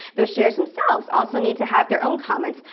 those shares themselves also need to have their own comments,